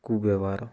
କୁ ବ୍ୟବହାର